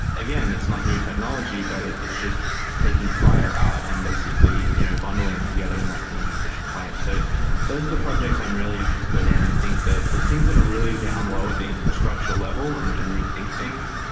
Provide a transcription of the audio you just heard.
again, it's not new technology, but it's just taking prior at and basically you know bundling it together and in an efficient way. so those are the projects i'm really interested in. i think that the things that are really down low with the infrastructure level and and rethink things,